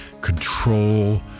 control